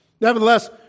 Nevertheless